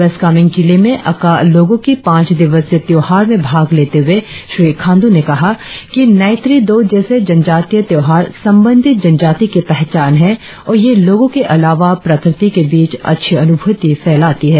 waste Kameng जिले में अका लोगों की पांच दिवसीय त्योहार में भाग लेते हुए श्री खांडू ने कहा कि न्येथ्री दौ जैसे जनजातिय त्योहार संबंधित जनजाति की पहचान है और यह लोगों के अलावा प्रकृति के बीच अच्छी अनुभूति फैलाती है